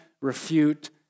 refute